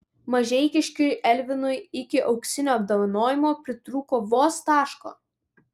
mažeikiškiui elvinui iki auksinio apdovanojimo pritrūko vos taško